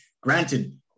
Granted